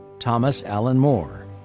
thomas allen moore.